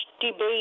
debate